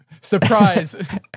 surprise